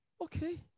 Okay